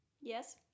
Yes